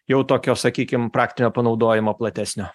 jau tokio sakykim praktinio panaudojimo platesnio